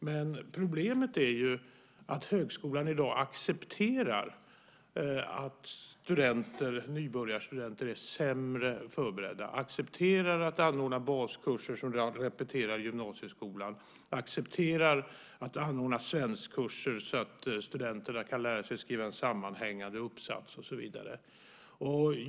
Men problemet är ju att högskolan i dag accepterar att nybörjarstudenter är sämre förberedda, accepterar att anordna baskurser som repeterar gymnasieskolan, accepterar att anordna svenskkurser så att studenterna kan lära sig skriva en sammanhängande uppsats och så vidare.